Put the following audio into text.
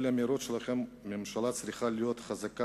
כל האמירות שלכם שהממשלה צריכה להיות חזקה